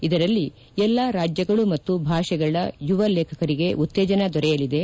ಇದರಲ್ಲಿ ಎಲ್ಲಾ ರಾಜ್ಯಗಳು ಮತ್ತು ಭಾಷೆಗಳ ಯುವ ಲೇಖಕರಿಗೆ ಉತ್ತೇಜನ ದೊರೆಯಲಿದೆ